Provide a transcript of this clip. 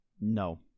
No